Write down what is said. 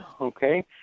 okay